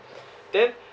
then